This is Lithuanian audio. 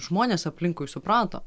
žmonės aplinkui suprato